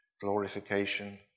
glorification